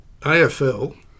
AFL